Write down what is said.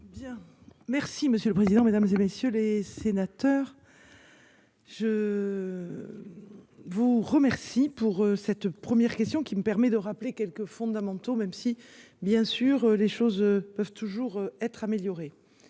Merci monsieur le président, Mesdames, et messieurs les sénateurs. Je. Vous remercie pour cette première question qui me permet de rappeler quelques fondamentaux, même si bien sûr, les choses peuvent toujours être améliorés.